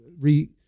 re-